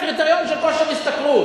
הקריטריונים של כושר השתכרות.